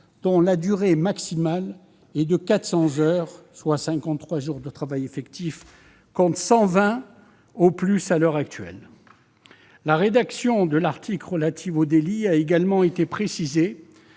dont la durée maximale serait de 400 heures, soit 53 jours de travail effectif, contre 120 heures au plus à l'heure actuelle. La rédaction de l'article relatif à la requalification en délit a également été précisée